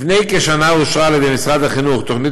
לפני כשנה אושרה על ידי משרד החינוך תוכנית